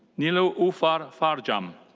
niloufar farjam.